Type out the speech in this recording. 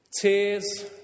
tears